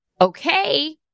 okay